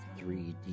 3D